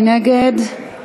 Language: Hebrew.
מי נגד?